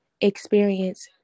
experience